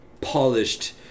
polished